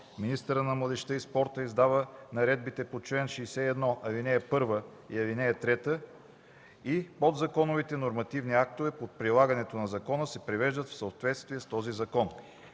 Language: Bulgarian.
министърът на младежта и спорта издава наредбите по чл. 63, ал. 1 и ал. 3 и подзаконовите нормативни актове по прилагането на закона се привеждат в съответствие с този закон.”